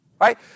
Right